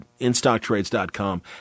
InStockTrades.com